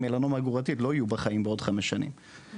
מלנומה גרורתית לא יהיו בחיים בעוד כחמש שנים.